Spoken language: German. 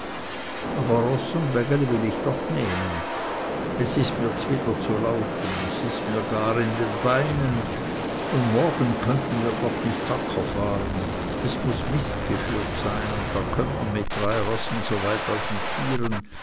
aber roß und wägeli will ich doch nehmen es ist mir zwider zu laufen es ist mir gar in den beinen und morgen können wir doch nicht zacher fahren es muß mist geführt sein und da kömmt man mit drei rossen so weit als mit vieren